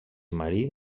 marí